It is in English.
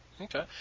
Okay